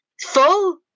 full